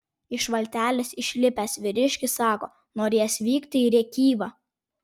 iš valtelės išlipęs vyriškis sako norėjęs vykti į rėkyvą